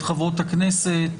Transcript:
את חברות הכנסת.